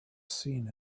seen